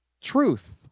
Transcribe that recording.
truth